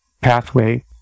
pathway